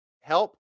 help